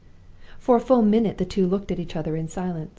for a full minute the two looked at each other in silence.